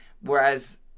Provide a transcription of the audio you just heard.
whereas